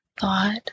thought